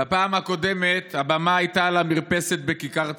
בפעם הקודמת הבמה הייתה על המרפסת בכיכר ציון.